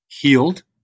healed